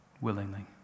willingly